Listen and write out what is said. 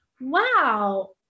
wow